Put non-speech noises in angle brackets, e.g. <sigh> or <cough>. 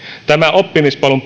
tämä oppimispolun <unintelligible>